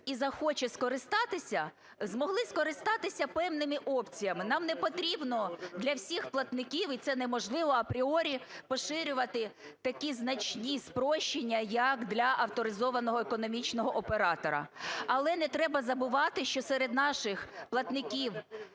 і захоче скористатися, змогли скористатися певними опціями. Нам не потрібно для всіх платників, і це неможливо апріорі поширювати такі значні спрощення, як для авторизованого економічного оператора. Але не треба забувати, що серед наших платників,